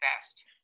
best